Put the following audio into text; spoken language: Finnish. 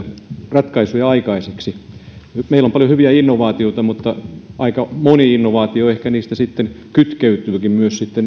ratkaisuja aikaiseksi meillä on paljon hyviä innovaatioita mutta niistä aika moni innovaatio ehkä sitten kytkeytyykin